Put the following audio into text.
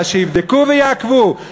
אלא שיבדקו ויעקבו,